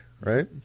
right